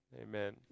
amen